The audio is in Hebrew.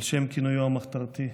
על שם כינויו המחתרתי,